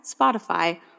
Spotify